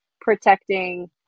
protecting